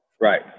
Right